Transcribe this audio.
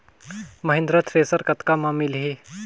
Mahindra thresher कतका म मिलही?